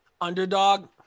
underdog